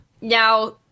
Now